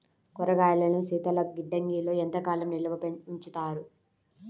కూరగాయలను శీతలగిడ్డంగిలో ఎంత కాలం నిల్వ ఉంచుతారు?